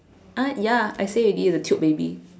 ah ya I say already the tube baby